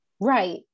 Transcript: Right